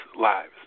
lives